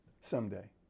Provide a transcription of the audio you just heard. someday